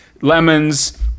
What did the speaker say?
lemons